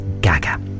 Gaga